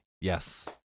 Yes